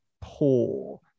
poor